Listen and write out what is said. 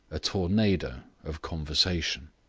a tornado of conversation.